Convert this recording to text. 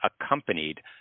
accompanied